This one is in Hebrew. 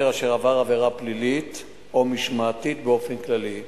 אשר עבר עבירה פלילית או משמעתית באופן כללי.